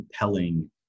compelling